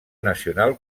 nacional